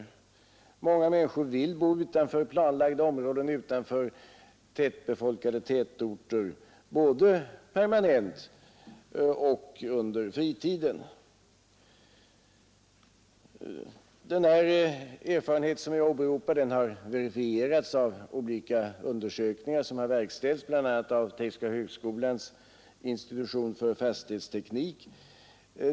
Många människor vill bo utanför planlagda områden och utanför tätbefolkade orter både permanent och under sin fritid. Den erfarenhet jag åberopat har verifierats av olika undersökningar som gjorts av bl.a. tekniska högskolans institution för fastighetsteknik.